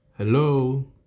Hello